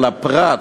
הפרט,